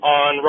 on